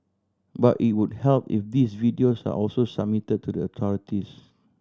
but it would help if these videos are also submitted to the authorities